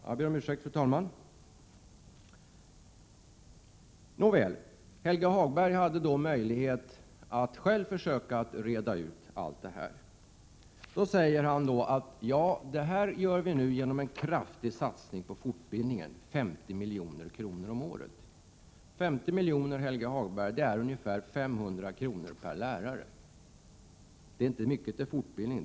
Fru talman! Jag ber om ursäkt. Helge Hagberg hade här möjlighet att själv försöka reda ut allt detta. Då säger han att det nu görs en kraftig satsning på fortbildningen, med 50 milj.kr. om året. 50 milj.kr. är ungefär 500 kr. per lärare, Helge Hagberg, och det är inte mycket till fortbildning.